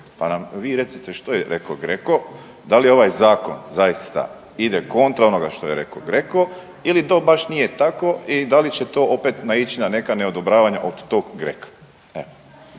Pa nam vi recite što je reko GRECO, da li ovaj zakon zaista ide kontra onoga što je reko GRECO ili to baš nije tako i da li će to opet naići na neka neodobravanja od tog GRECO-a.